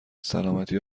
سلامتی